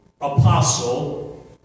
Apostle